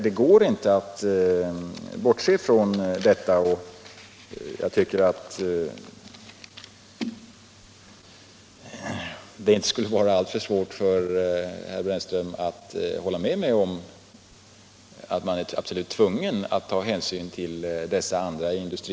Det går således inte att bortse ifrån att man är absolut tvungen att ta hänsyn också till andra industrigrenars belägenhet, och jag tycker inte att det borde vara alltför svårt för herr Brännström att hålla med mig om det.